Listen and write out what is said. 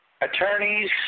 Attorneys